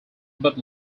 but